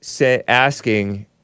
asking